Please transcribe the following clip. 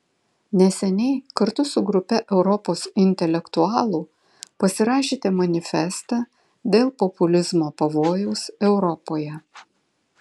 neseniai kartu su grupe europos intelektualų pasirašėte manifestą dėl populizmo pavojaus europoje